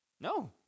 No